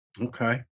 Okay